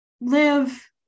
live